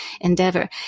endeavor